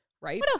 Right